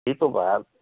ਇਹ ਤੋਂ ਬਾਅਦ